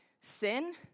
sin